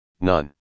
none